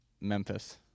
Memphis